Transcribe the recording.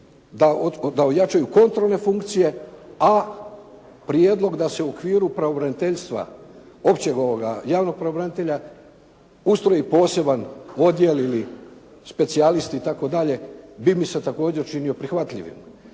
da ojačaju kontrolne funkcije. A prijedlog da se u okviru pravobraniteljstva, općeg javnog pravobranitelja ustroji poseban odjel ili specijalisti itd. bi mi se također činio prihvatljivim